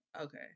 Okay